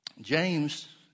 james